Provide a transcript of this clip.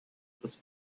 das